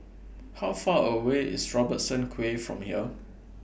How Far away IS Robertson Quay from here